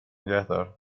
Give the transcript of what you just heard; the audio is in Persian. نگهدار